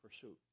pursuit